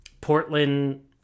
Portland